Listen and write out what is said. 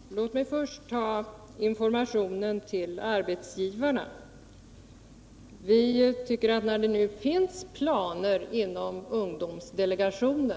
Herr talman! Låt mig först ta upp informationen till arbetsgivarna. När det nu inom ungdomsdelegationen finns